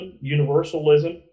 Universalism